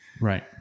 right